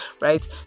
right